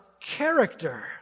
character